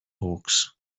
hawks